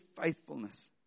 faithfulness